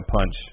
punch